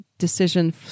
decision